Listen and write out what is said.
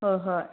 ꯍꯣ ꯍꯣꯏ